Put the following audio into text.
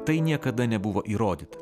tai niekada nebuvo įrodyta